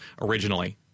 originally